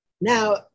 Now